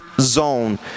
zone